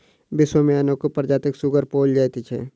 विश्व मे अनेको प्रजातिक सुग्गर पाओल जाइत छै